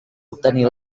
obtenir